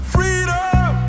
Freedom